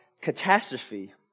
catastrophe